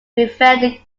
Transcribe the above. prevent